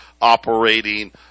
operating